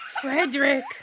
Frederick